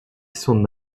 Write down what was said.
son